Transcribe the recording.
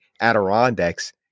Adirondacks